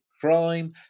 crime